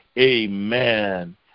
Amen